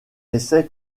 essai